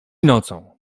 nocą